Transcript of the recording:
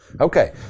Okay